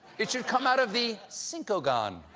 it should come out of the cinco-gon.